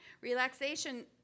relaxation